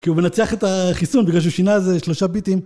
כי הוא מנצח את החיסון בגלל שהוא שינה איזה שלושה ביטים.